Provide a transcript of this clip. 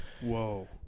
whoa